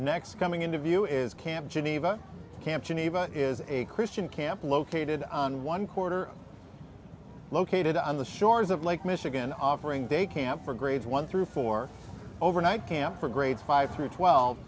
next coming into view is camp geneva camp geneva is a christian camp located on one quarter located on the shores of lake michigan offering day camp for grades one through four overnight camp for grades five through twelve